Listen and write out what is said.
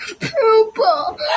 purple